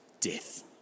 death